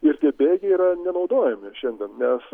ir tie bėgiai yra nenaudojami šiandien nes